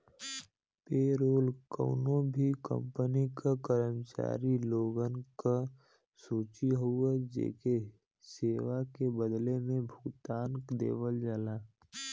payroll कउनो भी company क कर्मचारी लोगन क सूची हउवे जेके सेवा के बदले में भुगतान देवल जाला